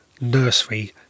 nursery